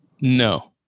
No